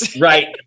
Right